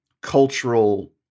cultural